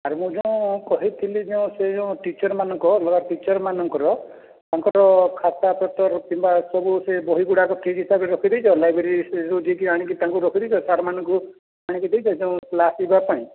ଆରେ ମୁଁ ଯେଉଁ କହିଥିଲି ଯୋଉଁ ସେ ଯେଉଁ ଟିଚର୍ ମାନଙ୍କ ନୂଆ ଟିଚର୍ ମାନଙ୍କର ତାଙ୍କ ଖାତାପତ୍ର କିମ୍ବା ଏସବୁ ସେ ବହିଗୁଡ଼ାକ ଠିକ୍ ହିସାବରେ ରଖି ଦେଇଛ ଲାଇବ୍ରେରୀରୁ ସେ ସବୁ ଠିକ୍ରେ ଆଣିକି ତାଙ୍କୁ ରଖି ଦେଇଛ ସାର୍ ମାନଙ୍କୁ ଆଣିକି ଦେଇଛ ଯେଉଁ କ୍ଲାସ୍ ଯିବାପାଇଁ